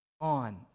on